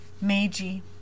Meiji